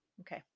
Okay